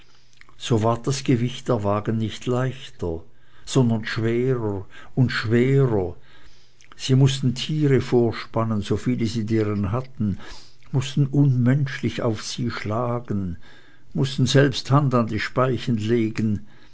so ward das gewicht der wagen nicht leichter sondern schwerer und schwerer sie mußten tiere vorspannen so viele sie deren hatten mußten unmenschlich auf sie schlagen mußten selbst hand an die speichen legen